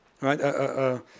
Right